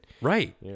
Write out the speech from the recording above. Right